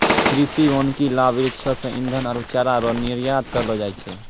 कृषि वानिकी लाभ वृक्षो से ईधन आरु चारा रो निर्यात करलो जाय छै